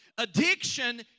Addiction